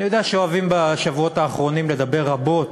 אני יודע שאוהבים בשבועות האחרונים לדבר רבות,